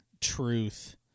truth